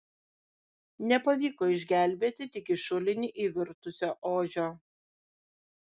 nepavyko išgelbėti tik į šulinį įvirtusio ožio